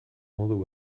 modu